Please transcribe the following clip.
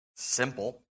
Simple